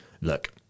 look